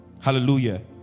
Hallelujah